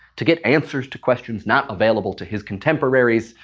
to get answers to questions not available to his contemporaries,